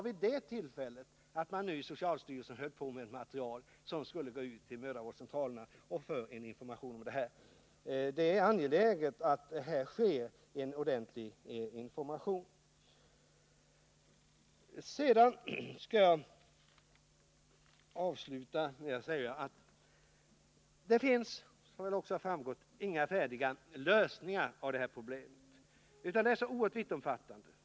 Vid detta tillfälle sade han att man inom socialstyrelsen höll på med material som skulle gå ut till mödravårdscentralerna för att ge en bättre information om det här. Det är angeläget att här sker en ordentlig information. Sedan vill jag avsluta med följande. Det finns, som väl också har framgått, inga färdiga lösningar på det här problemet. Det är så oerhört vittomfattande.